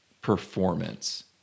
performance